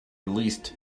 released